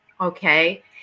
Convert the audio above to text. okay